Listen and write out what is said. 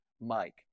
Mike